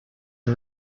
and